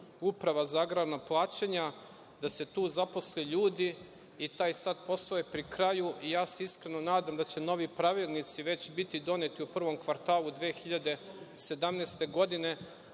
Uprava za agrarna plaćanja, da se tu zaposle ljudi i taj sada posao je pri kraju i ja se iskreno nadam da će novi pravilnici već biti doneti u prvom kvartalu 2017. godine,